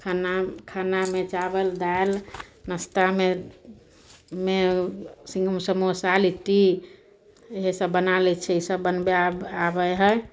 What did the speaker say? खाना खानामे चावल दालि नाश्तामे सिँघ समोसा लिट्टी इएहसब बना लै छी ईसब बनबै आब आबै हइ